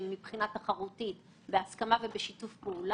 כדי הבדיקה הזאת גילינו תופעה